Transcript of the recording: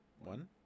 one